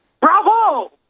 bravo